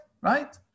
right